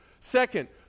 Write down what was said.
Second